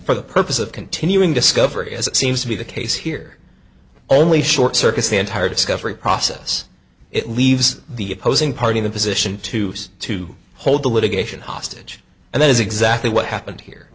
for the purpose of continuing discovery as it seems to be the case here only short circuits the entire discovery process it leaves the opposing party in a position to say to hold the litigation hostage and that is exactly what happened here